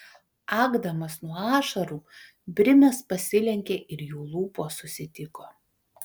akdamas nuo ašarų brimas pasilenkė ir jų lūpos susitiko